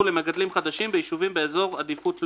למגדלים חדשים ביישובים באזור עדיפות לאומית."